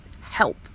help